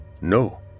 No